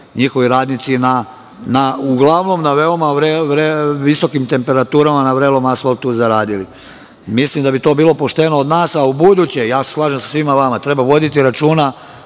njihovi radnici uglavnom na veoma visokim temperaturama na vrelom asfaltu zaradili. Mislim da bi to bilo pošteno od nas. Slažem se sa svima vama, ubuduće treba voditi računa